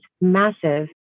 massive